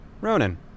Ronan